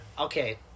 Okay